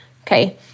okay